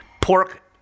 pork